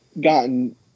gotten